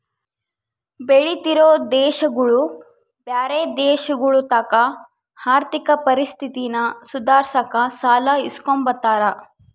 ಬೆಳಿತಿರೋ ದೇಶಗುಳು ಬ್ಯಾರೆ ದೇಶಗುಳತಾಕ ಆರ್ಥಿಕ ಪರಿಸ್ಥಿತಿನ ಸುಧಾರ್ಸಾಕ ಸಾಲ ಇಸ್ಕಂಬ್ತಾರ